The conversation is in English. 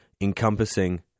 encompassing